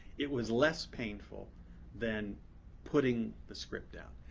it was less painful than putting the script out.